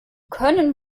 können